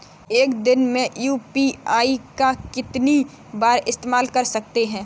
एक दिन में यू.पी.आई का कितनी बार इस्तेमाल कर सकते हैं?